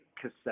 cassette